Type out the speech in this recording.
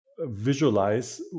visualize